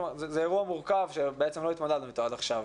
זה אירוע מורכב שעוד לא התמודדנו אתו עד עכשיו